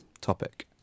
topic